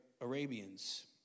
Arabians